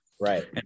Right